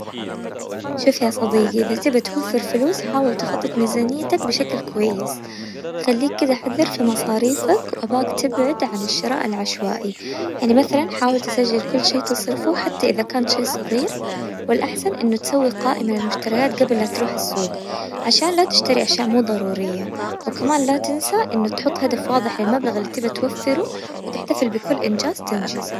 شف يا صديقي غذا تبى توفر فلوس حاول تخطط ميزانيتك بشكل كويس، خليك كذا حذر في مصاريفك، واباك تبعد عن الشراء العشوائي، يعني مثلا حاول تسجل كل شيء تصرفه حتى إذا كان شيء صغير، والاحسن انه تسوي قائمة للمشتريات قبل لتروح السوق عشان لا تشتري اشياء مو ضرورية، وكمان لا تنسى إنه تحط هدف واضح للمبلغ اللي تبي توفره وتحتفل بكل انجاز تنجزه.